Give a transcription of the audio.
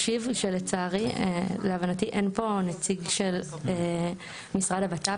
אין פה נציג של משרד הבט"פ.